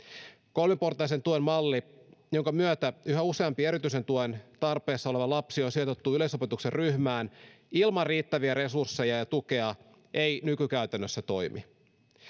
kolmiportaisen tuen malli jonka myötä yhä useampi erityisen tuen tarpeessa oleva lapsi on sijoitettu yleisopetuksen ryhmään ilman riittäviä resursseja ja tukea ei nykykäytännössä toimi